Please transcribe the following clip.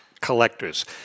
collectors